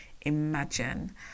imagine